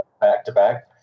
back-to-back